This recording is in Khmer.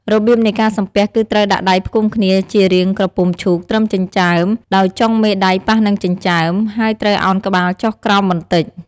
របៀបនៃការសំពះគឺត្រូវដាក់ដៃផ្គុំគ្នាជារាងក្រពុំឈូកត្រឹមចិញ្ចើម ដោយចុងមេដៃប៉ះនឹងចិញ្ចើម ហើយត្រូវឱនក្បាលចុះក្រោមបន្តិច។